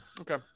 Okay